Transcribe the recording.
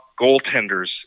goaltenders